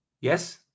Yes